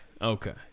Okay